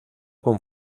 con